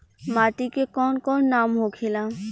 माटी के कौन कौन नाम होखे ला?